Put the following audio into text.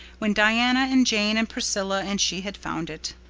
when diana and jane and priscilla and she had found it.